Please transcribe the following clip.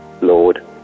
Lord